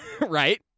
Right